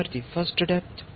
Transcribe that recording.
విద్యార్థి first depth